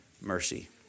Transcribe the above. mercy